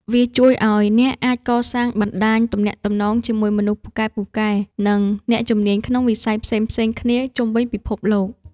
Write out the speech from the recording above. វាជួយឱ្យអ្នកអាចកសាងបណ្តាញទំនាក់ទំនងជាមួយមនុស្សពូកែៗ និងអ្នកជំនាញក្នុងវិស័យផ្សេងៗគ្នាជុំវិញពិភពលោក។